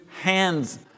hands